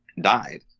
died